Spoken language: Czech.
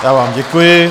Já vám děkuji.